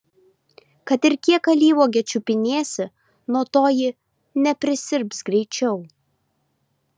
kad ir kiek alyvuogę čiupinėsi nuo to ji neprisirps greičiau